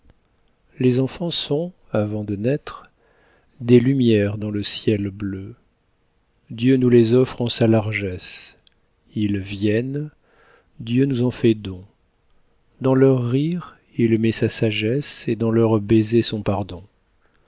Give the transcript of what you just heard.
les enfants sont avant de naître des lumières dans le ciel bleu dieu nous les offre en sa largesse ils viennent dieu nous en fait don dans leur rire il met sa sagesse et dans leur baiser son pardon